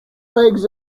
legs